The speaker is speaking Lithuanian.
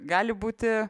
gali būti